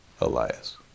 Elias